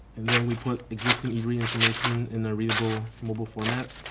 and then we put existing eatery information in a readable mobile format.